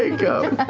ah go